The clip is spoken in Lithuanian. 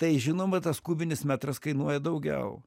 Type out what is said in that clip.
tai žinoma tas kubinis metras kainuoja daugiau